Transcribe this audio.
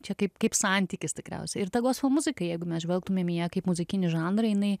čia kaip kaip santykis tikriausiai ir ta gospel muzika jeigu mes žvelgtumėm į ją kaip į muzikinį žanrą jinai